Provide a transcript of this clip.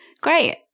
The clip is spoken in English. Great